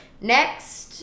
Next